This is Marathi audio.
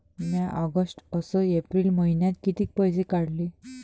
म्या ऑगस्ट अस एप्रिल मइन्यात कितीक पैसे काढले?